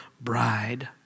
bride